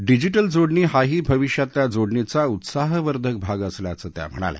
digital जोडणी हाही भविष्यातल्या जोडणीचा उत्साहवर्धक भाग असल्याचं त्या म्हणाल्या